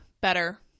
better